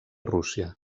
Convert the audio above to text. rússia